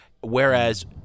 whereas